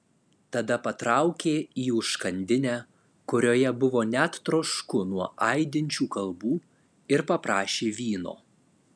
tada patraukė į užkandinę kurioje buvo net trošku nuo aidinčių kalbų ir paprašė vyno